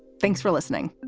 thanks for listening.